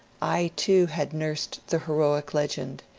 i too had nursed the heroic legend,